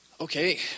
Okay